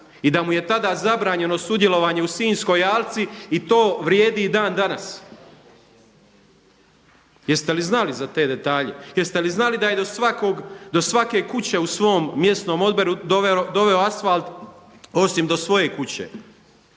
I da mu je tada zabranjeno sudjelovanje u Sinjskoj alci i to vrijedi i dan danas. Jeste li znali za te detalje? Jeste li znali da je do svake kuće u svom mjesnom odboru doveo asfalt osim do svoje kuće?